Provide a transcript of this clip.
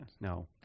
no